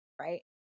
right